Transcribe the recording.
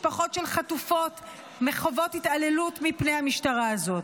משפחות של חטופות חוות התעללות בידי המשטרה הזאת.